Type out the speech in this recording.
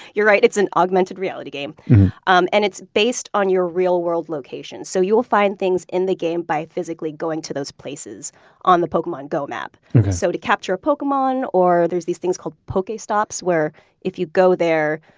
you're right, it's an augmented reality game um and it's based on your real-world location. so you'll find things in the game by physically going to those places on the pokemon go map. so to capture a pokemon, or there's these things called pokestops where if you go there,